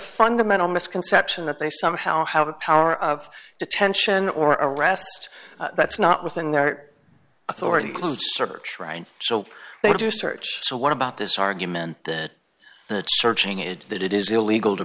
fundamental misconception that they somehow have a power of detention or arrest that's not within their authority search right so they do search so what about this argument that searching it that it is illegal to